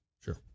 Sure